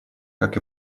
как